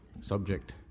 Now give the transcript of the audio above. subject